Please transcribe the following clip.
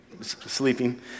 sleeping